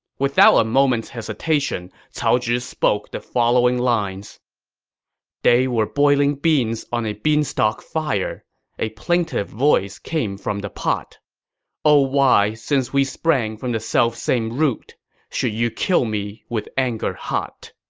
without a moment's hesitation, cao zhi spoke the following like poem they were boiling beans on a beanstalk fire a plaintive voice came from the pot o why, since we sprang from the selfsame root should you kill me with anger hot?